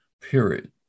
period